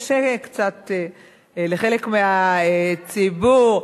קשה קצת לחלק מהציבור,